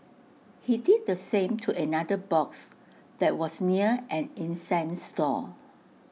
he did the same to another box that was near an incense stall